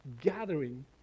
gathering